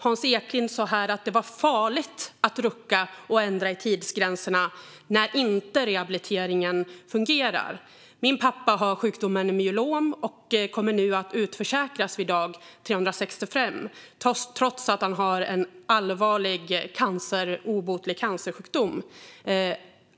Hans Eklind sa här att det är farligt att rucka och ändra på tidsgränserna när rehabiliteringen inte fungerar. Min pappa har sjukdomen myelom och kommer nu att utförsäkras vid dag 365, trots att han har en allvarlig, obotlig cancersjukdom.